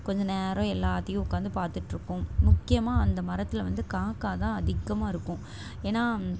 கொஞ்சம் நேரம் எல்லாத்தையும் உட்காந்து பார்த்துட்ருக்கும் முக்கியமாக அந்த மரத்தில் வந்து காக்கா தான் அதிகமாக இருக்கும் ஏன்னால்